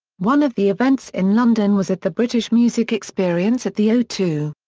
one of the events in london was at the british music experience at the o two.